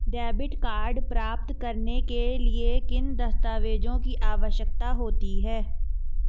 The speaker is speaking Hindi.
डेबिट कार्ड प्राप्त करने के लिए किन दस्तावेज़ों की आवश्यकता होती है?